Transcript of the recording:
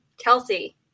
Kelsey